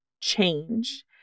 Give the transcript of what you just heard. change